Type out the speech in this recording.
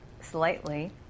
slightly